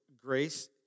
grace